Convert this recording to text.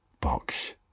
box